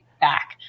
back